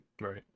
Right